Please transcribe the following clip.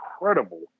incredible